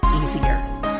easier